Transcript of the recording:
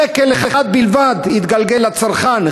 שקל אחד בלבד התגלגל לצרכן,